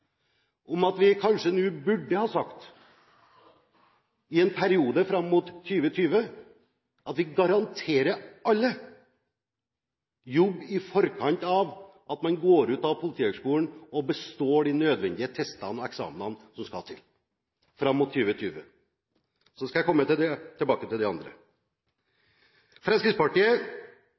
om at vi i en periode fram mot 2020 kanskje burde si at vi i forkant garanterer jobb til alle som går ut av Politihøgskolen og består de nødvendige testene og eksamenene som skal til. Så skal jeg komme tilbake til det andre.